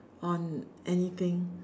on anything